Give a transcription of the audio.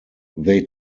they